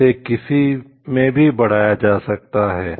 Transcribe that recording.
इसे किसी में भी बढ़ाया जा सकता है